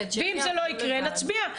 ואם זה לא יקרה אז נצביע.